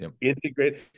integrate